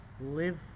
live